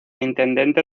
intendente